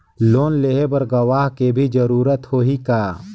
Loan लेहे बर गवाह के भी जरूरत होही का?